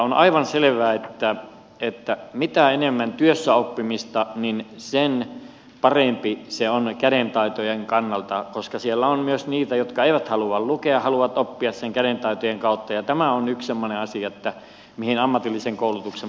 on aivan selvää että mitä enemmän työssäoppimista sen parempi se on kädentaitojen kannalta koska siellä on myös niitä jotka eivät halua lukea haluavat oppia kädentaitojen kautta ja tämä on yksi semmoinen asia mihin ammatillisen koulutuksen puolella kannattaa panostaa